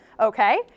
Okay